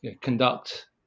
conduct